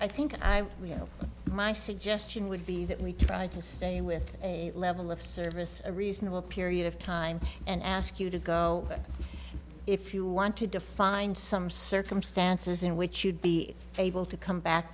i think i you know my suggestion would be that we try to stay with a level of service a reasonable period of time and ask you to go if you want to define some circumstances in which you'd be able to come back